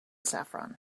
saffron